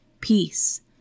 peace